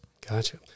Gotcha